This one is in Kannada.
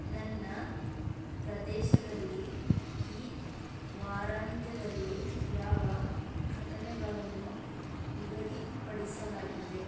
ನನ್ನ ಪ್ರದೇಶದಲ್ಲಿ ಈ ವಾರಾಂತ್ಯದಲ್ಲಿ ಯಾವ ಘಟನೆಗಳನ್ನು ನಿಗದಿಪಡಿಸಲಾಗಿದೆ